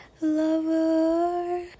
lover